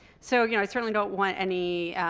so you know i certainly don't want any